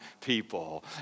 people